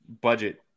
budget